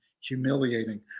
humiliating